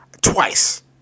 twice